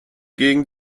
gegen